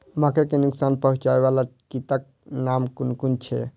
मके के नुकसान पहुँचावे वाला कीटक नाम कुन कुन छै?